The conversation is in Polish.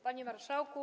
Panie Marszałku!